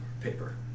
Paper